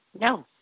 No